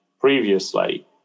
previously